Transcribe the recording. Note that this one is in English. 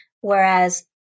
Whereas